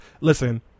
listen